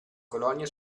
colonie